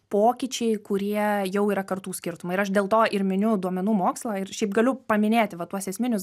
pokyčiai kurie jau yra kartų skirtumai ir aš dėl to ir miniu duomenų mokslą ir šiaip galiu paminėti va tuos esminius